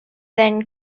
thin